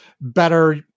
better